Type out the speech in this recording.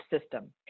system